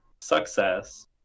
Success